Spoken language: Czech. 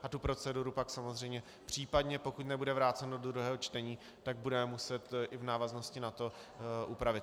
A tu proceduru pak samozřejmě v případě, pokud nebude vráceno do druhého čtení, budeme muset i v návaznosti na to upravit.